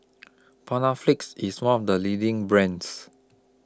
Panaflex IS one of The leading brands